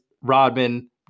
Rodman